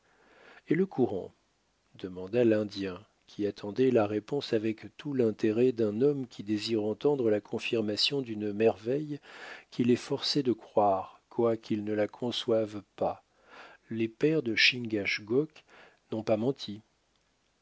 et le courant demanda l'indien qui attendait la réponse avec tout l'intérêt d'un homme qui désire entendre la confirmation d'une merveille qu'il est forcé de croire quoiqu'il ne la conçoive pas les pères de chingachgook n'ont pas menti